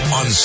on